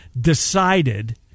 decided